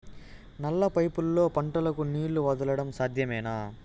నల్ల పైపుల్లో పంటలకు నీళ్లు వదలడం సాధ్యమేనా?